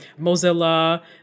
Mozilla